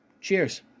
Cheers